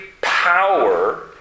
power